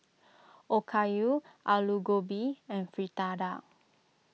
Okayu Alu Gobi and Fritada